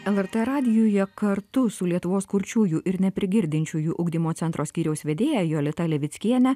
lrt radijuje kartu su lietuvos kurčiųjų ir neprigirdinčiųjų ugdymo centro skyriaus vedėja jolita levickiene